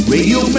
Radio